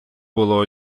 було